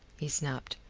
he snapped.